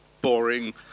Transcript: boring